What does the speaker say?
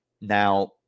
Now